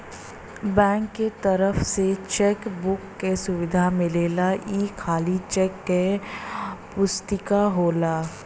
bank क तरफ से चेक बुक क सुविधा मिलेला ई खाली चेक क पुस्तिका होला